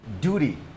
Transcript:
duty